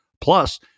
plus